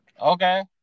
Okay